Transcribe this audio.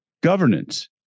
Governance